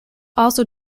also